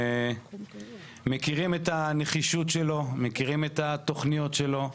מכירים את הנחישות שלו ואת התוכניות שלו.